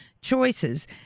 choices